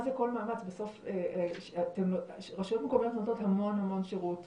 בסוף רשויות מקומיות נותנות המון המון שירות לתושבים,